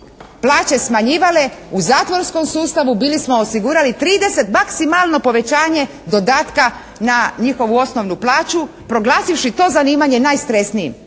plaće smanjivale u zatvorskom sustavu bili smo osigurali 30 maksimalno povećanje dodatka na njihovu osnovnu plaću proglasivši to zanimanje najstresnijim.